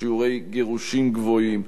לשיעורי גירושים גבוהים.